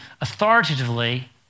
authoritatively